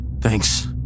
Thanks